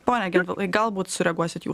pone gentvilai galbūt sureaguosit jū